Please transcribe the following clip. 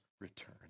return